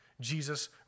Jesus